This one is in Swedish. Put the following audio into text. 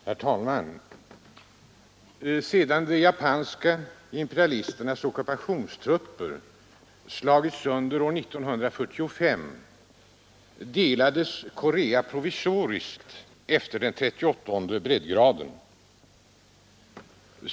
Herr talman! Sedan de japanska imperialisternas ockupationstrupper slagits sönder år 1945 delades Korea provisoriskt efter den 38:e breddgraden.